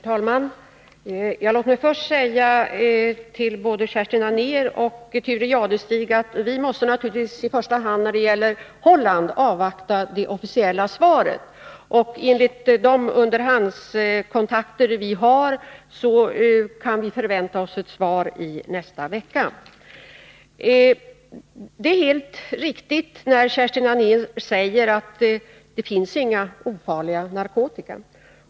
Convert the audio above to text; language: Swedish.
Herr talman! Låt mig först säga till både Kerstin Anér och Thure Jadestig att vi när det gäller Holland naturligtvis i första hand måste avvakta det officiella svaret. Enligt de underhandskontakter som vi har kan vi förvänta oss ett svar i nästa vecka. Det är helt riktigt som Kerstin Anér säger, att det inte finns någon ofarlig narkotika.